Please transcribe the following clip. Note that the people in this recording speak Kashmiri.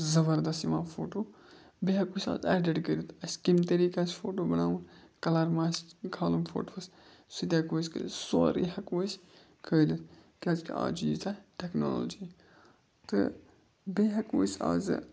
زَبَردست یِوان فوٹو بیٚیہِ ہٮ۪کو أسۍ آز اٮ۪ڈِٹ کٔرِتھ اَسہِ کَمہِ طٔریٖقہٕ آسہِ فوٹو بَناوُن کَلَر مَہ آسٮ۪س کھالُن فوٹوَس سُہ تہِ ہٮ۪کو أسۍ کٔرِتھ سورُے ہٮ۪کو أسۍ کھٲلِتھ کیٛازِکہِ آز چھِ ییٖژاہ ٹٮ۪کنالجی تہٕ بیٚیہِ ہٮ۪کو أسۍ آزٕ